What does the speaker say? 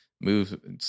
move